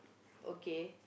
okay